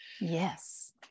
yes